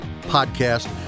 podcast